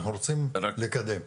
אנחנו רוצים לקדם את זה.